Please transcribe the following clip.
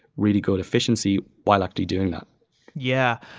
really good efficiency while after doing that yeah.